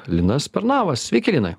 linas pernavas sveiki linai